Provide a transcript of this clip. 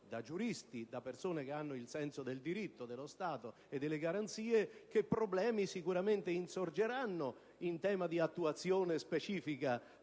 da giuristi, da persone che hanno il senso del diritto, dello Stato e delle garanzie - che i problemi sicuramente insorgeranno in sede di attuazione specifica